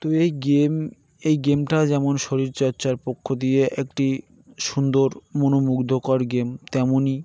তো এই গেম এই গেমটা যেমন শরীরচর্চার পক্ষ দিয়ে একটি সুন্দর মনোমুগ্ধকর গেম তেমনই